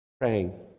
praying